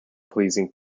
pleasing